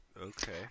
Okay